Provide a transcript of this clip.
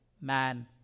Man